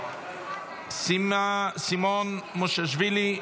סימון מושיאשוילי,